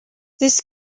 this